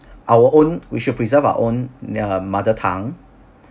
our own we should preserve our own uh mother tongue